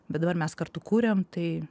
bet dabar mes kartu kuriam tai